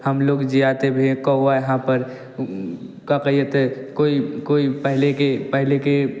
हम लोग जाते भी हैं भी कौवा यहाँ पर का कहत है कोई कोई पहले के पहले के